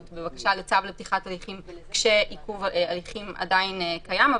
לצו לפתיחת הליכים כשעיכוב הליכים עדיין קיים,